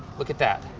look at that.